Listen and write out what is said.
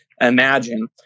imagine